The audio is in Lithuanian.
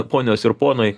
ponios ir ponai